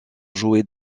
jouées